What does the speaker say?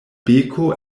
beko